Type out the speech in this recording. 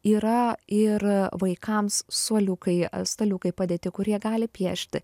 yra ir vaikams suoliukai staliukai padėti kur jie gali piešti